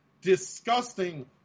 disgusting